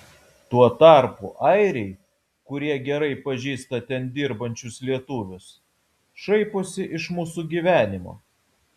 tuo tarpu airiai kurie gerai pažįsta ten dirbančius lietuvius šaiposi iš mūsų gyvenimo